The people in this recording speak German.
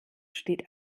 steht